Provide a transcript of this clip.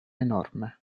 enorme